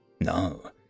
No